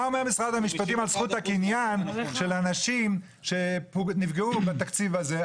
מה אומר משרד המשפטים על זכות הקניין של האנשים שנפגעו מהתקציב הזה?